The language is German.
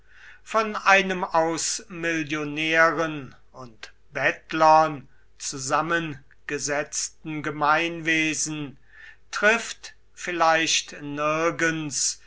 von einem aus millionären und bettlern zusammengesetzten gemeinwesen trifft vielleicht nirgends